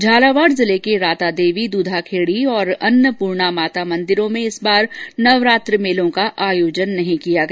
झालावाड़ जिले के रातादेवी द्धाखेड़ी और अन्नपूर्णा माता मंदिरों में इस बार नवरात्रि मेलों का आयोजन नहीं किया गया